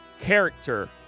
character